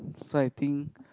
so I think